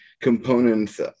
components